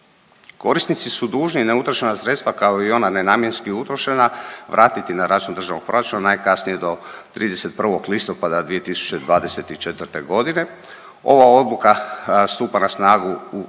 Korisnici su dužni neutrošena sredstva kao i ona nenamjenski utrošena vratiti na račun državnog proračuna najkasnije do 31. listopada 2024. godine. Ova odluka stupa na snagu od